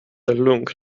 lugnt